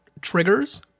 triggers